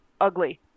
ugly